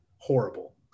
horrible